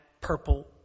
purple